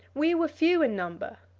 we were few in number,